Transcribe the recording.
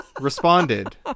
responded